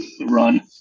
run